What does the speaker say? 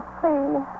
please